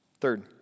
Third